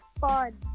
fun